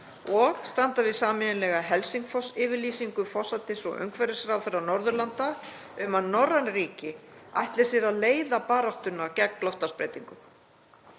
og standa við sameiginlega Helsingforsyfirlýsingu forsætis- og umhverfisráðherra Norðurlanda um að norræn ríki ætli sér að leiða baráttuna gegn loftslagsbreytingum.